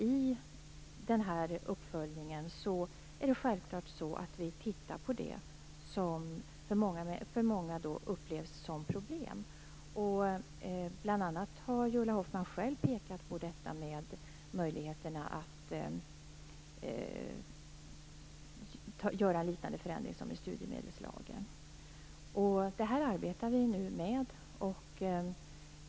I denna uppföljning tittar vi självfallet på det som för många upplevs som problem. Ulla Hoffmann har själv pekat på möjligheterna att göra en förändring som liknar den som gjordes i studiemedelslagen. Detta arbetar vi nu med.